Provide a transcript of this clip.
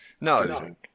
No